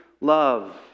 love